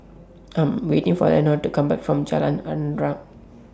I'm waiting For Eleanore to Come Back from Jalan Arnap